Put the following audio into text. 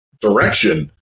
direction